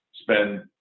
spend